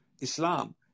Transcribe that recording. Islam